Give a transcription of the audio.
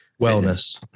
Wellness